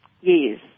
Yes